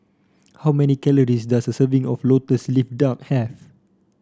how many calories does a serving of lotus leaf duck have